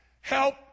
Help